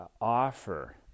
offer